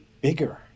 bigger